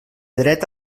dret